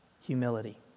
Humility